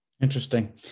interesting